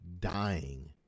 dying